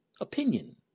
opinion